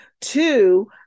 two